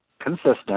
consistent